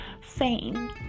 fame